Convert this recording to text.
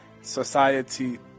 society